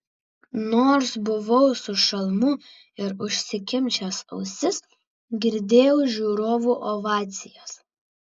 nors buvau su šalmu ir užsikimšęs ausis girdėjau žiūrovų ovacijas